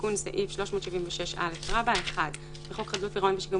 תיקון סעיף 376(א) 1.בחוק חדלות פירעון ושיקום